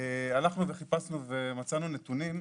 הלכנו וחיפשנו ומצאנו נתונים.